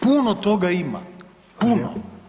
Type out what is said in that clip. Puno toga ima, puno.